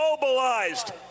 mobilized